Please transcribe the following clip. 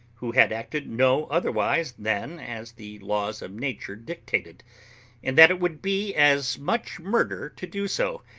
who had acted no otherwise than as the laws of nature dictated and that it would be as much murder to do so,